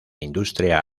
industria